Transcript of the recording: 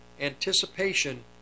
anticipation